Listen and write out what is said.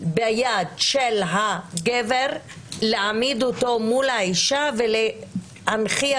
ביד של הגבר להעמיד אותו מול האישה ולהנכיח